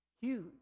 huge